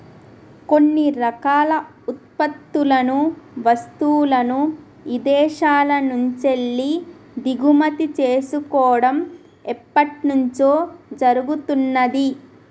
కొన్ని రకాల ఉత్పత్తులను, వస్తువులను ఇదేశాల నుంచెల్లి దిగుమతి చేసుకోడం ఎప్పట్నుంచో జరుగుతున్నాది